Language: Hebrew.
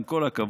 עם כל הכבוד,